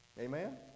Amen